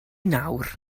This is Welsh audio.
nawr